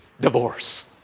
divorce